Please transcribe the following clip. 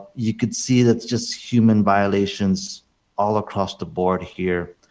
you can see it's just human violations all across the board here.